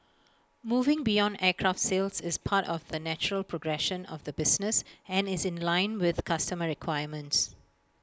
moving beyond aircraft sales is part of the natural progression of the business and is in line with customer requirements